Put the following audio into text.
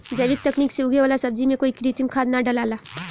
जैविक तकनीक से उगे वाला सब्जी में कोई कृत्रिम खाद ना डलाला